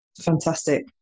Fantastic